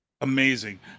amazing